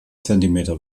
zentimeter